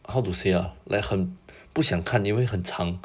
how to say ah like 很不想因为很长